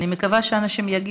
אני מקווה שאנשים יגיעו.